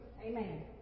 Amen